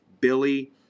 Billy